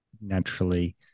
naturally